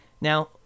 now